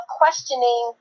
questioning